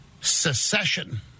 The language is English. secession